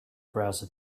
browser